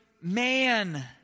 man